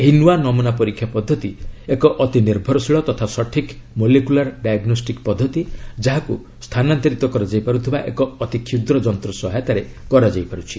ଏହି ନୂଆ ନମୁନା ପରୀକ୍ଷା ପଦ୍ଧତି ଏକ ଅତିନିର୍ଭରଶୀଳ ତଥା ସଠିକ୍ ମୋଲେକୁଲାର ଡାୟଗ୍ନୋଷ୍ଟିକ୍ ପଦ୍ଧତି ଯାହାକୁ ସ୍ଥାନାନ୍ତରିତ କରାଯାଇ ପାର୍ଥିବା ଏକ ଅତି କ୍ଷୁଦ୍ର ଯନ୍ତ୍ର ସହାୟତାରେ କରାଯାଇ ପାରୁଛି